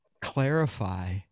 clarify